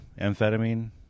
amphetamine